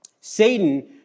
Satan